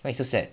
why you so sad